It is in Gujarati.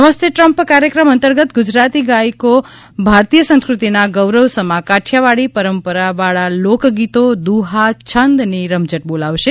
નમસ્તે ટ્રમ્પ કાર્યક્રમ અંતર્ગત ગુજરાતી ગાયકો ભારતીય સંસ્ક્રતિના ગૌરવ સમા કાઠીયાવાડી પરંપરાવાળા લોકગીતો દુહા છંદની રમઝટ બોલાવશે